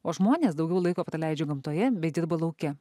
o žmonės daugiau laiko praleidžia gamtoje bei dirba lauke